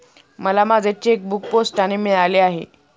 मला माझे चेकबूक पोस्टाने मिळाले आहे